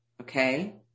Okay